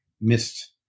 missed